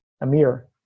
Amir